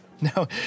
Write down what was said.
No